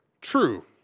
True